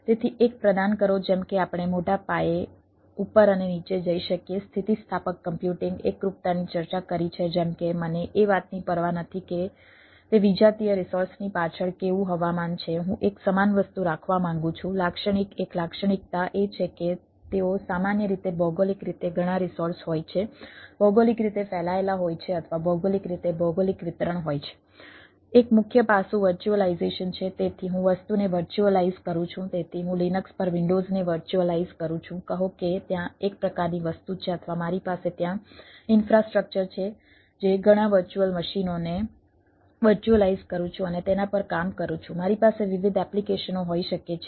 તેથી એક પ્રદાન કરો જેમ કે આપણે મોટા પાયે ઉપર અને નીચે જઈ શકીએ સ્થિતિસ્થાપક કમ્પ્યુટિંગ એકરૂપતાની ચર્ચા કરી છે જેમ કે મને એ વાતની પરવા નથી કે તે વિજાતીય રિસોર્સની પાછળ કેવું હવામાન છે હું એક સમાન વસ્તુ રાખવા માંગું છું લાક્ષણિક એક લાક્ષણિકતા એ છે કે તેઓ સામાન્ય રીતે ભૌગોલિક રીતે ઘણા રિસોર્સ હોય છે ભૌગોલિક રીતે ફેલાયેલા હોય છે અથવા ભૌગોલિક રીતે ભૌગોલિક વિતરણ હોય છે